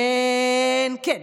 כן, כן.